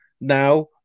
now